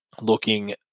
looking